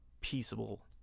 peaceable